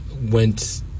went